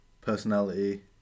personality